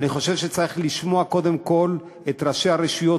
אני חושב שצריך לשמוע קודם כול את ראשי הרשויות,